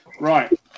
Right